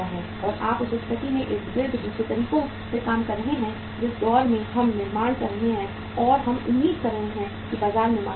और आप उस स्थिति के इर्द गिर्द दूसरे तरीके से काम कर रहे हैं जिस दौर में हम निर्माण कर रहे हैं और हम उम्मीद कर रहे हैं कि बाजार में मांग बढ़ेगी